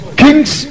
kings